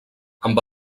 amb